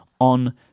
on